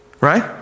right